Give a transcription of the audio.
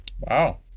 Wow